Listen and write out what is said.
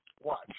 Watch